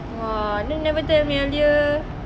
!wah! then never tell me earlier